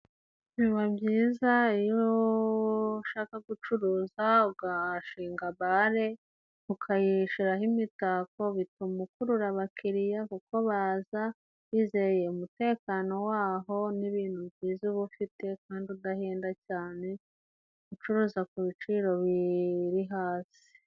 Biba byiza iyo ushaka gucuruza ugashinga bare, ukayishyiraho imitako, bituma ukurura abakiriya kuko baza bizeye umutekano w'aho n' ibintu byiza uba ufite kandi udahenda cyane ucuruza ku biciro biri hasi.